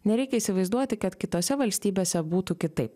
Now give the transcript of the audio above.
nereikia įsivaizduoti kad kitose valstybėse būtų kitaip